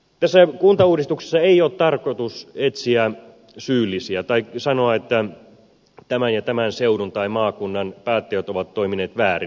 tässä kuntauudistuksessa ei ole tarkoitus etsiä syyllisiä tai sanoa että tämän ja tämän seudun tai maakunnan päättäjät ovat toimineet väärin